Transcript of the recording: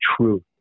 truth